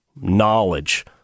knowledge